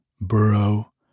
burrow